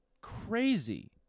crazy